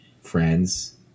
friends